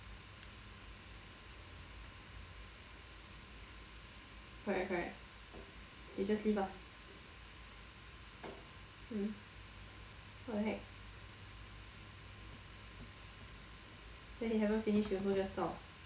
correct correct then just leave ah mm what the heck then he haven't finish he also just zao